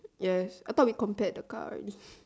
ya I thought we compared the car already